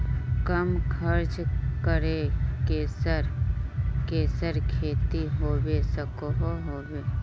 कम खर्च करे किसेर किसेर खेती होबे सकोहो होबे?